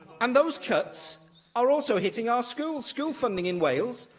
and those cuts are also hitting our schools. school funding in wales,